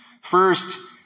First